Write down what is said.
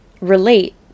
relate